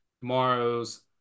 tomorrow's